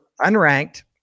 unranked